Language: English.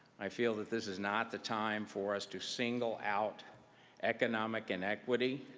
i feel that this is not the time for us to single out economic inequity,